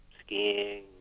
skiing